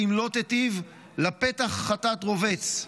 ואם לא תיטיב, לפתח חטאת רבץ".